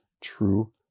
true